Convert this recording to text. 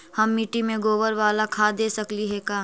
हम मिट्टी में गोबर बाला खाद दे सकली हे का?